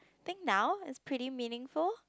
I think now is pretty meaningful